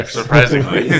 surprisingly